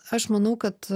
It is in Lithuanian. aš manau kad